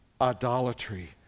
Idolatry